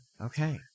Okay